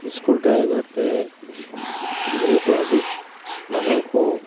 screw driver ᱛᱮ ᱜᱤᱫᱽᱨᱟᱹ ᱠᱚ ᱟᱹᱰᱤ ᱞᱚᱜᱚᱱ ᱠᱚ